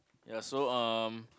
ya so um